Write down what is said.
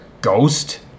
ghost